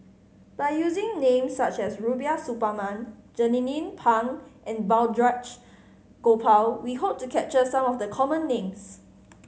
by using names such as Rubiah Suparman Jernnine Pang and Balraj Gopal we hope to capture some of the common names